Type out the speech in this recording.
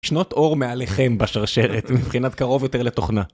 שנות אור מעליכם בשרשרת מבחינת קרוב יותר לתוכנה.